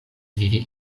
vivi